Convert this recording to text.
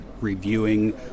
reviewing